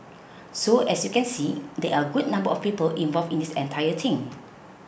so as you can see there are a good number of people involved in this entire thing